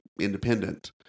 Independent